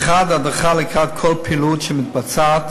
האחד, הדרכה לקראת כל פעילות שמתבצעת,